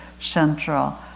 central